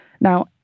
Now